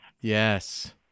Yes